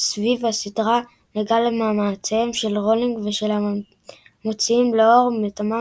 סביב הסדרה נגע למאמציהם של רולינג ושל המוציאים לאור מטעמה